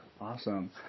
Awesome